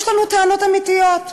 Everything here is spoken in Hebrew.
יש לנו טענות אמיתיות.